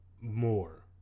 more